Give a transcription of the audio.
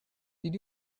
did